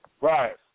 Right